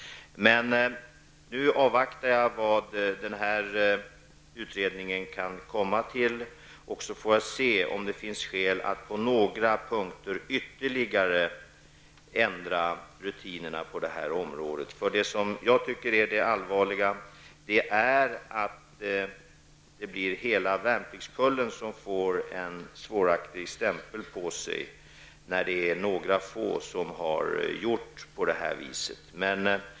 Nu avvaktar jag vad den här utredningen kan komma fram till, och sedan får jag se om det finns skäl att på några punkter ytterligare ändra rutinerna på det här området. Jag tycker att det är allvarligt om hela värnpliktskullen skulle få en negativ stämpel på sig bara därför att några få har handlat på det här viset.